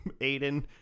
Aiden